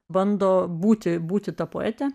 bando būti būti ta poetė